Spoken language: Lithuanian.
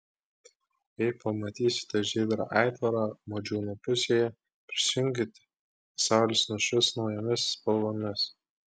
jei pamatysite žydrą aitvarą modžiūnų pusėje prisijunkite pasaulis nušvis naujomis spalvomis